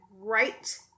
right